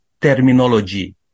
terminology